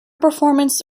performance